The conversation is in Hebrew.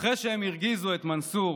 אחרי שהם הרגיזו את מנסור,